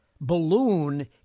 balloon